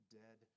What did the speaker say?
dead